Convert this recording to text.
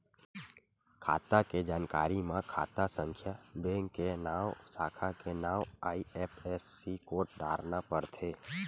खाता के जानकारी म खाता संख्या, बेंक के नांव, साखा के नांव, आई.एफ.एस.सी कोड डारना परथे